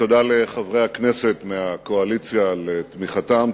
תודה לחברי הכנסת מהקואליציה על תמיכתם,